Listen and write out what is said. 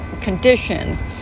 conditions